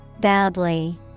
Badly